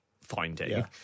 finding